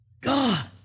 God